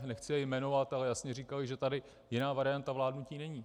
Nechci je jmenovat, ale jasně říkali, že tady jiná varianta vládnutí není.